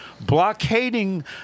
blockading